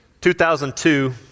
2002